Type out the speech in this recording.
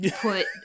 put